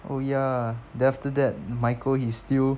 oh ya then after that michael he still